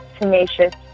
tenacious